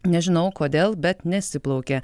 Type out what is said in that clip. nežinau kodėl bet nesiplaukė